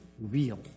real